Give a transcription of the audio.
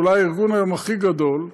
אולי הארגון הכי גדול היום,